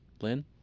Lynn